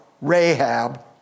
Rahab